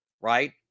Right